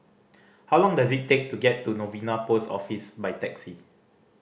how long does it take to get to Novena Post Office by taxi